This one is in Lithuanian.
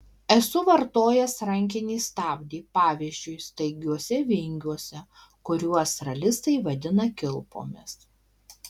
esu vartojęs rankinį stabdį pavyzdžiui staigiuose vingiuose kuriuos ralistai vadina kilpomis